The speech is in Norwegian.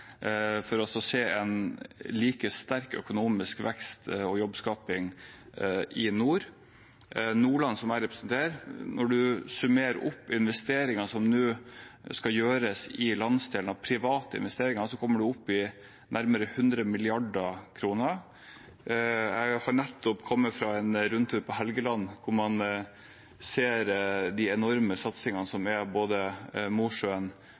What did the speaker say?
for å se en like sterk økonomisk vekst og jobbskaping i nord. Når man summerer de private investeringene som nå skal gjøres i landsdelen Nordland, som jeg representerer, kommer man opp i nærmere 100 mrd. kr. Jeg er nettopp kommet tilbake fra en rundtur på Helgeland, hvor man ser de enorme satsingene som